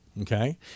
Okay